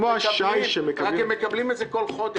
רק שהם מקבלים את זה כל חודש.